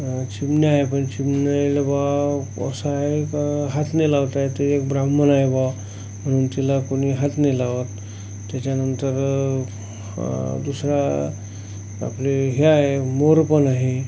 चिमण्या आहे पण चिमणीला बुवा असं आहे का हात नाही लावता येत ते एक ब्राह्मण आहे बुवा म्हणून तिला कोणी हात नाही लावत त्याच्यानंतर दुसरा आपले हे आहे मोर पण आहे